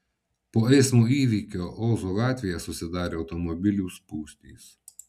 po eismo įvykio ozo gatvėje susidarė automobilių spūstys